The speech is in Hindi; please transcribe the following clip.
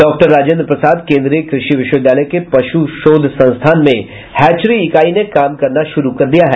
डॉक्टर राजेन्द्र प्रसाद केन्द्रीय कृषि विश्वविद्यालय के पशु शोध संस्थान में हैचरी इकाई ने काम करना शुरू कर दिया है